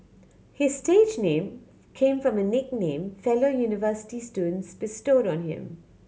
his stage name came from a nickname fellow university students bestowed on him